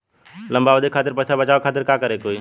लंबा अवधि खातिर पैसा बचावे खातिर का करे के होयी?